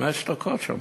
חמש דקות שמעתי.